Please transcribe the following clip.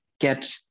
get